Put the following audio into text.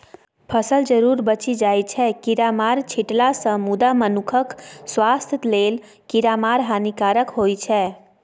फसल जरुर बचि जाइ छै कीरामार छीटलासँ मुदा मनुखक स्वास्थ्य लेल कीरामार हानिकारक होइ छै